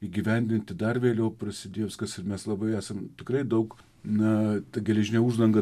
įgyvendinti dar vėliau prasidėjo viskas ir mes labai esam tikrai daug na ta geležinė uždanga